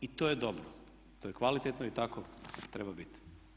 I to je dobro, to je kvalitetno i tako treba biti.